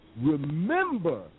remember